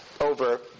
over